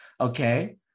Okay